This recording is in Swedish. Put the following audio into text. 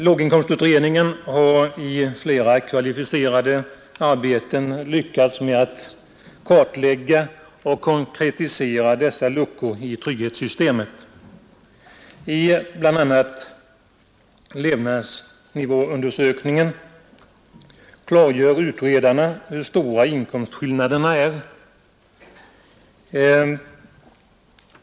Låginkomstutredningen har i flera kvalificerade arbeten lyckats kartlägga och konkretisera dessa luckor i trygghetssystemet. I bl.a. levnadsnivåundersökningen klargör utredarna hur stora inkomstskillnaderna är.